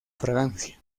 fragancia